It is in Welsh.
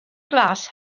glas